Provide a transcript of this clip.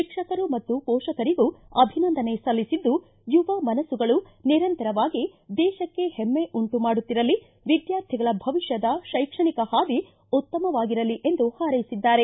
ಶಿಕ್ಷಕರು ಮತ್ತು ಪೋಷಕರಿಗೂ ಅಭಿನಂದನೆ ಸಲ್ಲಿಸಿದ್ದು ಯುವ ಮನಸ್ಲುಗಳು ನಿರಂತರವಾಗಿ ದೇಶಕ್ಕೆ ಹೆಮ್ಮೆ ಉಂಟು ಮಾಡುತ್ತಿರಲಿ ವಿದ್ಯಾರ್ಥಿಗಳ ಭವಿಷ್ಣದ ಶೈಕ್ಷಣಿಕ ಹಾದಿ ಉತ್ತಮವಾಗಿರಲಿ ಎಂದು ಹಾರೈಸಿದ್ದಾರೆ